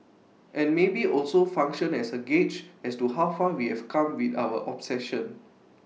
and maybe also function as A gauge as to how far we have come with our obsession